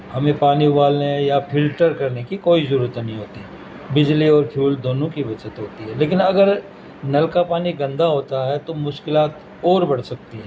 ہمیں پانی ابالنے یا فلٹر کرنے کی کوئی ضرورت نہیں ہوتی بجلی اور فیول دونوں کی بچت ہوتی ہے لیکن اگر نل کا پانی گندا ہوتا ہے تو مشکلات اور بڑھ سکتی ہے